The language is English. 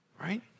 Right